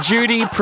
Judy